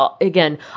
again